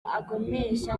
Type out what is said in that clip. agomesha